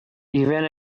even